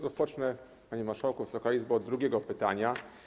Rozpocznę, panie marszałku, Wysoka Izbo, od drugiego pytania.